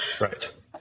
Right